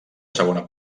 segona